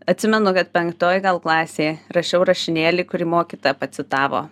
atsimenu kad penktoj gal klasėj rašiau rašinėlį kurį mokyta pacitavo